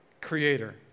Creator